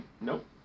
nope